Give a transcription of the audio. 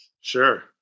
Sure